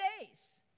days